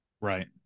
right